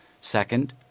Second